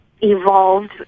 evolved